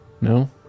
No